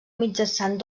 mitjançant